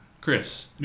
Chris